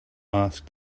asked